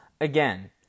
Again